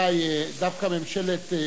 גם בכוכב-יאיר, רבותי,